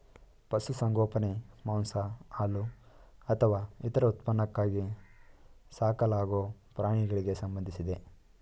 ಪಶುಸಂಗೋಪನೆ ಮಾಂಸ ಹಾಲು ಅಥವಾ ಇತರ ಉತ್ಪನ್ನಕ್ಕಾಗಿ ಸಾಕಲಾಗೊ ಪ್ರಾಣಿಗಳಿಗೆ ಸಂಬಂಧಿಸಿದೆ